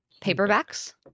paperbacks